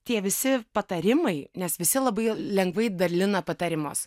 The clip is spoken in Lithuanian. tie visi patarimai nes visi labai lengvai dalina patarimus